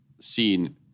seen